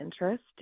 interest